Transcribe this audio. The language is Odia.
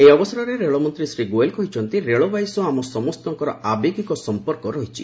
ଏହି ଅବସରରେ ରେଳମନ୍ତ୍ରୀ ଶ୍ରୀ ଗୋଏଲ୍ କହିଛନ୍ତି ରେଳବାଇ ସହ ଆମ ସମସ୍ତଙ୍କର ଆବେଗିକ ସଂପର୍କ ରହିଛି